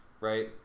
Right